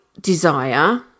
desire